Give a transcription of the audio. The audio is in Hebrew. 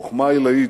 חוכמה עילאית,